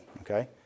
okay